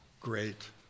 Great